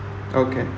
okay